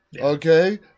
okay